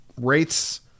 rates